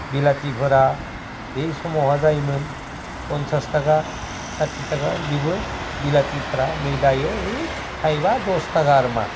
बिलाथिफोरा बे समावहा जायोमोन फन्सास थाखा साथि थाखाबो बिबो बिलाथिफोरा नै दायो ओइ थाइबा दस थाखा आरो मा